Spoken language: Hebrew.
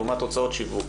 לעומת הוצאות שיווק.